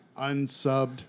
unsubbed